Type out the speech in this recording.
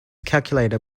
calculator